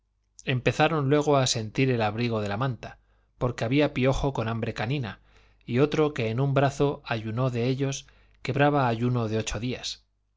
empezaron luego a sentir el abrigo de la manta porque había piojo con hambre canina y otro que en un brazo ayuno de ellos quebraba ayuno de ocho días